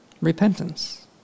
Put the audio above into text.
repentance